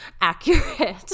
accurate